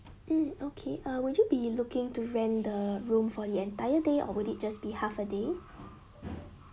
mm okay uh would you be looking to rent the room for the entire day or would it just be half a day